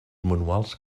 manuals